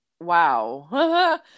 wow